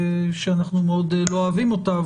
שאנחנו מאוד לא אוהבים אותה,